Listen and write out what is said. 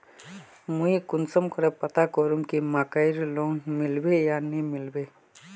मुई कुंसम करे पता करूम की मकईर लोन मिलबे या नी मिलबे?